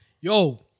yo